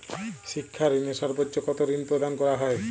শিক্ষা ঋণে সর্বোচ্চ কতো ঋণ প্রদান করা হয়?